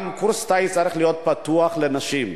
גם קורס טיס צריך להיות פתוח לנשים.